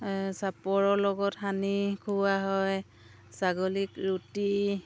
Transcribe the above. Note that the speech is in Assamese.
চাপৰৰ লগত সানি খুওৱা হয় ছাগলীক ৰুটি